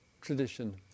tradition